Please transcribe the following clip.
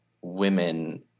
women